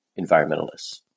environmentalists